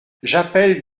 j’appelle